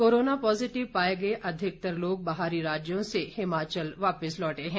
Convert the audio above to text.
corona positive पाए गए अधिकतर लोग बाहरी राज्यों से हिमाचल वापस लौटे हैं